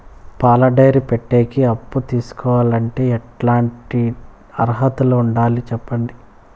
పాల డైరీ పెట్టేకి అప్పు తీసుకోవాలంటే ఎట్లాంటి అర్హతలు ఉండాలి సెప్పండి?